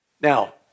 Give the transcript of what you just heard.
Now